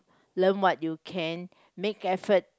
learn what you can make effort